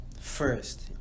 first